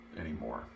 anymore